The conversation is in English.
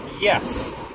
Yes